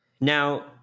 now